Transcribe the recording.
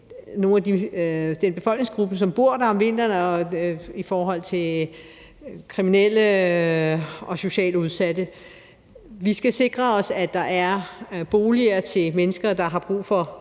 med den befolkningsgruppe, som bor der om vinteren, i forhold til kriminelle og socialt udsatte. Vi skal sikre os, at der er boliger til mennesker, der har brug for